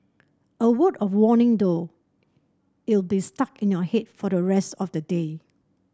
a word of warning though it'll be stuck in your head for the rest of the day